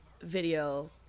video